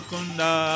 Kunda